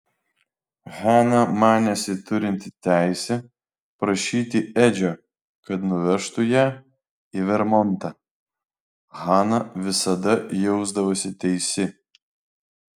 hana manėsi turinti teisę prašyti edžio kad nuvežtų ją į vermontą hana visada jausdavosi teisi